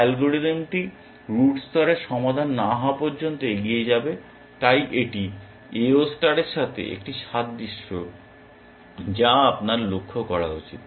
অ্যালগরিদমটি রুট স্তরের সমাধান না হওয়া পর্যন্ত এগিয়ে যাবে তাই এটি AO স্টারের সাথে একটি সাদৃশ্য যা আপনার লক্ষ্য করা উচিত